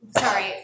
Sorry